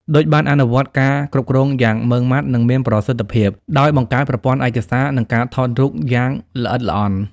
ឌុចបានអនុវត្តការគ្រប់គ្រងយ៉ាងម៉ឺងម៉ាត់ និងមានប្រសិទ្ធភាព ដោយបង្កើតប្រព័ន្ធឯកសារ និងការថតរូបយ៉ាងល្អិតល្អន់។